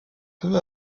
peu